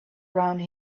around